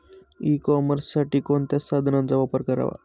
E कॉमर्ससाठी कोणत्या साधनांचा वापर करावा?